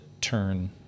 turn